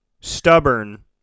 stubborn